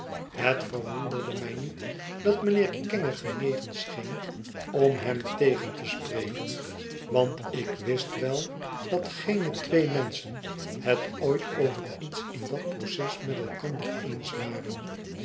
het verwonderde mij niet dat mijnheer kenge genegen scheen om hem tegen te spreken want ik wist wel dat geene twee menschen het ooit over iets in dat proces met elkander eens waren